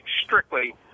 strictly